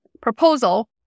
proposal